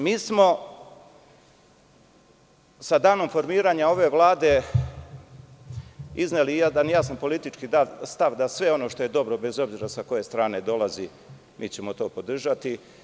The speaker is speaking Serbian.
Mi smo sa danom formiranja ove vlade izneli jedan jasan politički stav da sve ono što je dobro, bez obzira sa koje strane dolazi, mi ćemo to podržati.